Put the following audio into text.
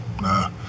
Nah